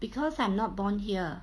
because I'm not born here